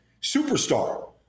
superstar